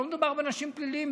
לא מדובר באנשים פליליים,